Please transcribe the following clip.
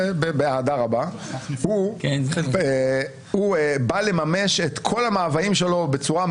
יודע היטב שאנחנו מנהלים פה קרב איתנים בתנאים לא פשוטים,